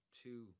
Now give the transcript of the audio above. two